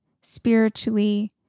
spiritually